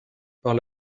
par